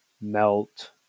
melt